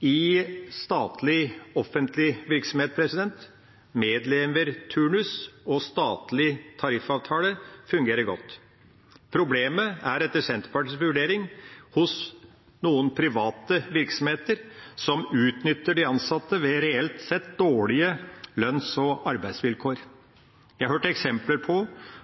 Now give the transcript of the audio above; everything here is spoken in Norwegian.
i statlig, offentlig virksomhet. Medleverturnus og statlig tariffavtale fungerer godt. Problemet er etter Senterpartiets vurdering noen private virksomheter som utnytter de ansatte, med reelt sett dårlige lønns- og arbeidsvilkår. Jeg har hørt eksempler på